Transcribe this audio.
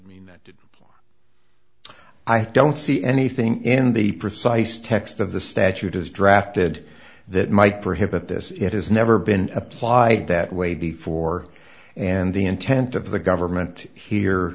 that mean i don't see anything in the precise text of the statute as drafted that might perhaps at this it has never been applied that way before and the intent of the government here